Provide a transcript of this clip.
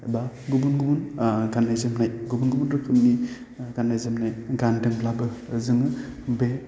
बा गुबुन गुबुन गाननाय जोमनाय गुबुन गुबुन रोखोमनि गाननाय जोमनाय गानदोंब्लाबो ओजोङो बे